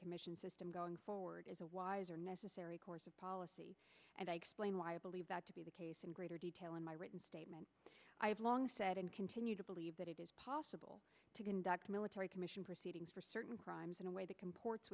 commission system going forward is a wise or necessary course of policy and i explain why i believe that to be the case in greater detail in my written statement i have long said and continue to believe that it is possible to conduct a military commission proceedings for certain crimes in a way that comports